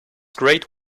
great